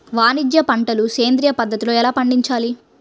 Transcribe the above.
వాణిజ్య పంటలు సేంద్రియ పద్ధతిలో ఎలా పండించాలి?